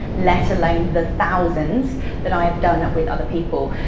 let alone the thousands that i've done with other people.